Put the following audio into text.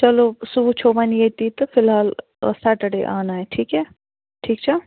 چلو سُہ وُچھَو وَنۍ ییٚتی تہٕ فِلحال سیٹَرڈے آنا ہے ٹھیٖک ہے ٹھیٖک چھا